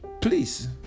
please